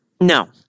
No